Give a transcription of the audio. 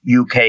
UK